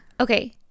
okay